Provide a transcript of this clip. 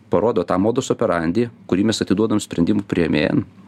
parodo tą modus operandi kurį mes atiduodam sprendimų priėmėjam